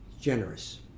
generous